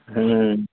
हूँ